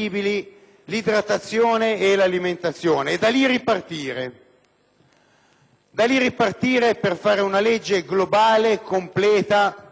da lì per predisporre una legge globale, completa e